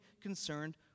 concerned